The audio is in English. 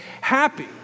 happy